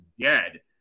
dead